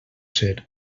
ser